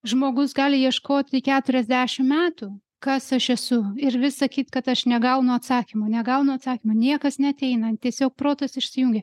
žmogus gali ieškoti keturiasdešim metų kas aš esu ir vis sakyt kad aš negaunu atsakymo negaunu atsakymo niekas neateina tiesiog protas išsijungia